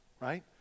right